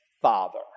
Father